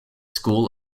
school